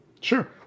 Sure